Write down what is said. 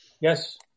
Yes